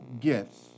gifts